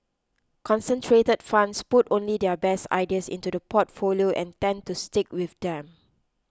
concentrated funds put only their best ideas into the portfolio and tend to stick with them